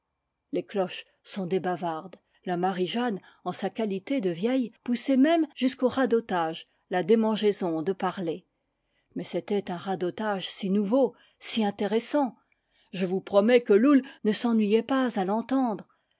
les cloches sont des bavardes la marie-jeanne en sa qualité de vieille poussait même jusqu'au radotage la déman geaison de parler mais c'était un radotage si nouveau si intéressant je vous promets que loull ne s'ennuyait pas à l'entendre